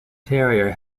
terrier